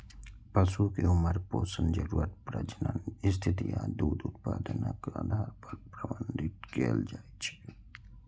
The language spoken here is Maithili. पशु कें उम्र, पोषण जरूरत, प्रजनन स्थिति आ दूध उत्पादनक आधार पर प्रबंधित कैल जाइ छै